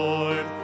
Lord